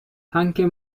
anche